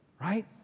right